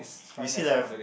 we still have